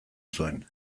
zuen